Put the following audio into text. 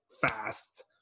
fast